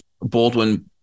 Baldwin